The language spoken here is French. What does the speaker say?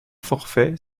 forfait